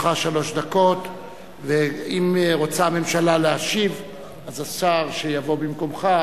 כהן, פניה קירשנבאום, ציון פיניאן, יצחק וקנין,